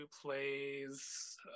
plays